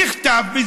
נחטף,